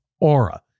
Aura